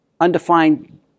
undefined